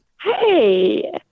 Hey